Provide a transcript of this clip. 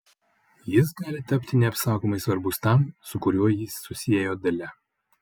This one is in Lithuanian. jis gali tapti neapsakomai svarbus tam su kuriuo jį susiejo dalia